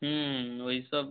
হুম ওই সব